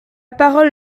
parole